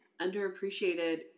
underappreciated